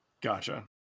Gotcha